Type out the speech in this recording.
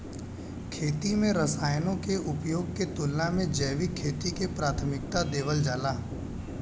खेती में रसायनों के उपयोग के तुलना में जैविक खेती के प्राथमिकता देवल जाला